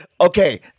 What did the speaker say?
Okay